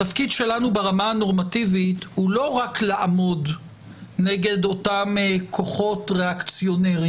התפקיד שלנו ברמה הנורמטיבית הוא לא רק לעמוד נגד אותם כוחות ריאקציונרים